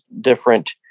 different